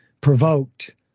provoked